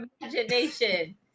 imagination